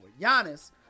Giannis